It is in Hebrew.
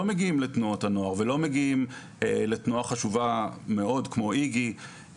מגיעים לתנועות הנוער ולתנועה חשובה מאוד כמו איג"י,